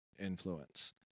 influence